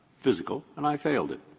physical, and i failed it.